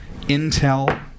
Intel